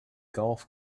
golf